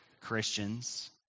Christians